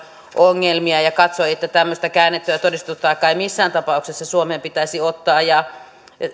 ongelmia ja katsoi että tämmöistä käännettyä todistustaakkaa ei missään tapauksessa suomeen pitäisi ottaa